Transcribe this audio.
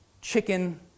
chicken